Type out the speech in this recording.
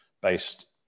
based